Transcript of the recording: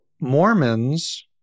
Mormons